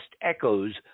echoes